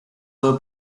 were